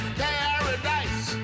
paradise